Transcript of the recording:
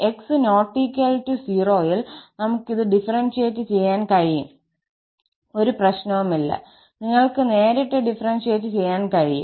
x ≠ 0ൽ നമുക് ഇത് ഡിഫറെൻഷിയേറ്റ് ചെയ്യാൻ കഴിയും ഒരു പ്രശ്നവുമില്ല നിങ്ങൾക്ക് നേരിട്ട് ഡിഫറെൻഷിയേറ്റ് ചെയ്യാൻകഴിയും